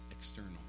external